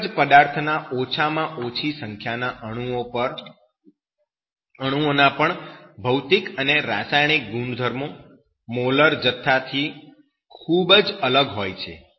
એક જ પદાર્થના ઓછામાં ઓછી સંખ્યાના અણુઓના પણ ભૌતિક અને રસાયણિક ગુણધર્મો મોલર જથ્થાથી 1023 અણુઓ ખૂબ જ અલગ હોય છે